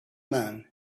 man